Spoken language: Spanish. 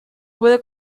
puede